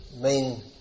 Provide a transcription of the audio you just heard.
main